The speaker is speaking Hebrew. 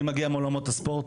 אני מגיע מעולמות הספורט.